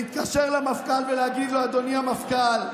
להתקשר למפכ"ל ולהגיד לו: אדוני המפכ"ל,